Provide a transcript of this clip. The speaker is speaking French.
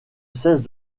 cesse